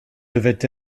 devait